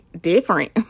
different